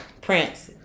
Prince